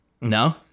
no